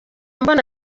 mbona